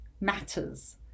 matters